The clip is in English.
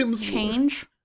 change